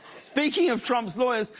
speaking of trump's lawyers,